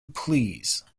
please